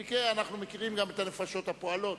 במקרה אנחנו מכירים גם את הנפשות הפועלות